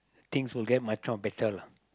things will get much more better lah